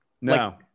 No